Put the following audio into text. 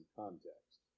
context